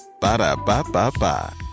Ba-da-ba-ba-ba